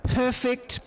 perfect